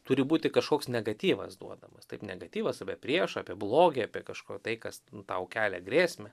turi būti kažkoks negatyvas duodamas taip negatyvas apie priešą apie blogį apie kažko tai kas tau kelia grėsmę